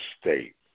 State